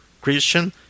Christian